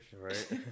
Right